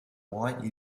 why